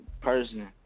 person